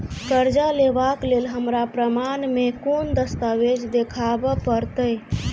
करजा लेबाक लेल हमरा प्रमाण मेँ कोन दस्तावेज देखाबऽ पड़तै?